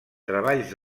treballs